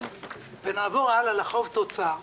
ונעבור לחוב תוצר,